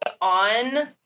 on